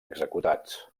executats